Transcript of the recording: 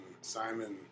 Simon